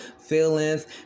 feelings